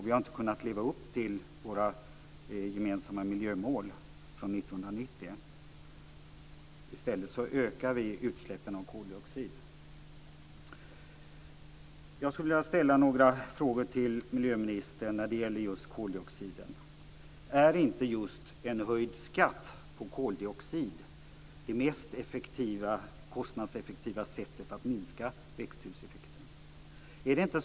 Vi har inte kunnat leva upp till våra gemensamma miljömål från 1990. I stället ökar vi utsläppen av koldioxid. · Är inte just en höjd skatt på koldioxid det mest kostnadseffektiva sättet att minska växthuseffekten?